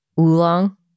Oolong